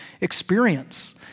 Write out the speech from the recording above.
experience